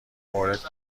مورد